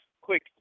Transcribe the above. Quick